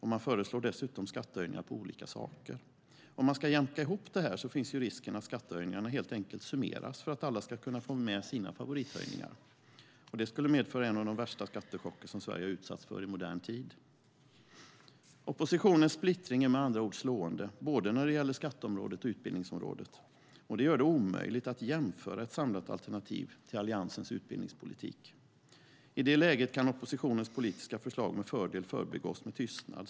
Man föreslår dessutom skattehöjningar på olika saker. Om man ska jämka ihop detta finns risken att skattehöjningarna helt enkelt summeras för att alla ska kunna få med sina favorithöjningar. Det skulle medföra en av de värsta skattechocker som Sverige har utsatts för i modern tid. Oppositionens splittring är med andra ord slående, både när det gäller skatteområdet och utbildningsområdet. Det gör det omöjligt att jämföra ett samlat alternativ till Alliansens utbildningspolitik. I det läget kan oppositionens politiska förslag med fördel förbigås med tystnad.